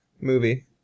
movie